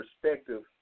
perspective